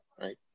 right